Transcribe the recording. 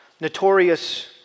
notorious